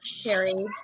Terry